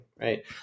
right